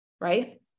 right